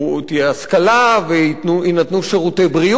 תהיה השכלה ויינתנו שירותי בריאות.